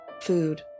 food